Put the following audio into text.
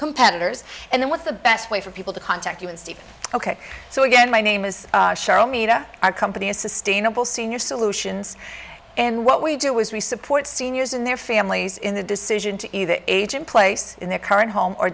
competitors and what's the best way for people to contact you and steve ok so again my name is cheryl meta our company is sustainable senior solutions and what we do is resupport seniors and their families in the decision to either age in place in their current home or